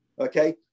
Okay